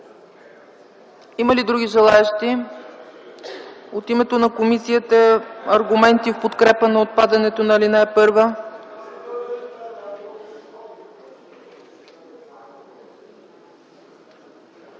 Има ли други желаещи? От името на комисията аргументи в подкрепа на отпадането на ал. 1.